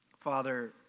Father